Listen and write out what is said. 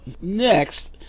next